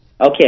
Okay